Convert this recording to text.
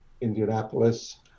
Indianapolis